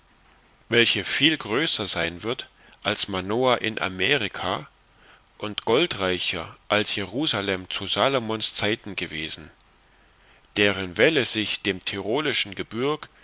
welche viel größer sein wird als manoah in amerika und goldreicher als jerusalem zu salomons zeiten gewesen deren wälle sich dem tirolischen gebürg